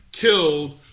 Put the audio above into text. killed